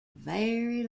very